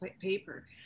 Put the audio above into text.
paper